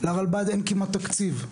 לרלב"ד אין כמעט תקציב.